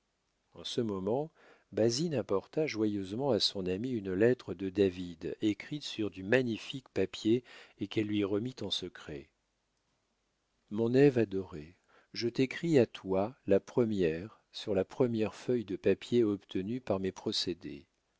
en ce moment basine apporta joyeusement à son amie une lettre de david écrite sur du magnifique papier et qu'elle lui remit en secret mon ève adorée je t'écris à toi la première sur la première feuille de papier obtenue par mes procédés